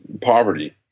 poverty